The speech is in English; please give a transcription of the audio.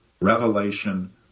revelation